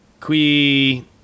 qui